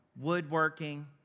woodworking